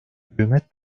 hükümet